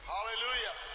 Hallelujah